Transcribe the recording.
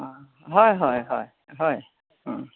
অঁঁ হয় হয় হয় হয়